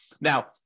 Now